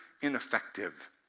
ineffective